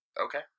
okay